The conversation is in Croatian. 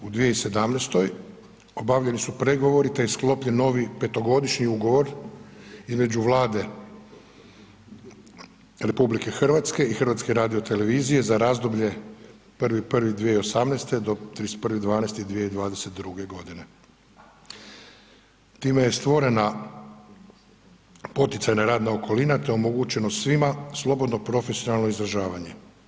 U 2017. obavljeni su pregovori te je sklopljen novi petogodišnji ugovor između Vlade RH i HRT-a za razdoblje 1.1.2018. do 31.12.2022. godine, time je stvorena poticajna radna okolina te je omogućeno svima slobodno profesionalno izražavanje.